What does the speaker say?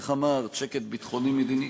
איך אמרת, "שקט ביטחוני מדיני"?